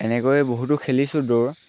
এনেকৈ বহুতো খেলিছোঁ দৌৰ